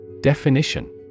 Definition